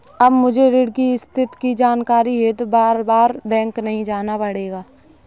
अब मुझे ऋण की स्थिति की जानकारी हेतु बारबार बैंक नहीं जाना पड़ेगा